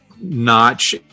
notch